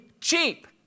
cheap